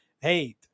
Hey